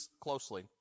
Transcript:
closely